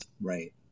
Right